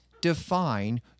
define